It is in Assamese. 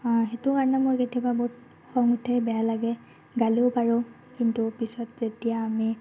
অঁ সেইটো কাৰণে মোৰ কেতিয়াবা বহুত খং উঠে বেয়া লাগে গালিও পাৰোঁ কিন্তু পিছত যেতিয়া আমি